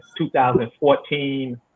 2014